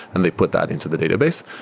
and they put that into the database.